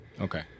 Okay